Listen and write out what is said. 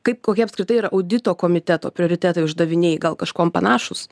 kaip kokie apskritai yra audito komiteto prioritetai uždaviniai gal kažkuom panašūs